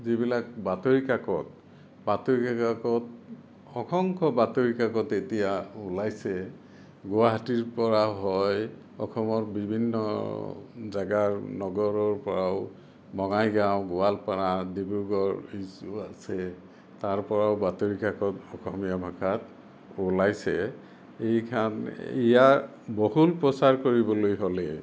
যিবিলাক বাতৰি কাকত বাতৰি কাকত অসংখ্য বাতৰি কাকত এতিয়া ওলাইছে গুৱাহাটীৰ পৰা হয় অসমৰ বিভিন্ন জেগাৰ নগৰৰ পৰাও বঙাইগাঁও গোৱালপাৰা ডিব্ৰুগড় ইছ্যু আছে তাৰ পৰাও বাতৰি কাকত অসমীয়া ভাষাত ওলাইছে এইখান ইয়াৰ বহুল প্ৰচাৰ কৰিবলে হ'লে